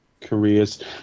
careers